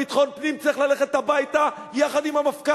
תודה רבה.